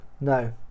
no